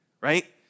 right